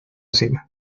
cima